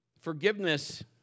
forgiveness